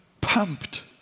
pumped